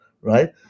right